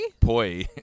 Poi